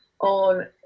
on